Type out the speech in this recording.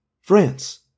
France